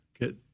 get